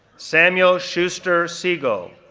samuel schuster siegel,